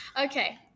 Okay